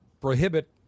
prohibit